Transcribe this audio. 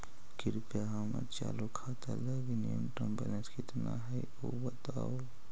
कृपया हमर चालू खाता लगी न्यूनतम बैलेंस कितना हई ऊ बतावहुं